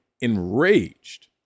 enraged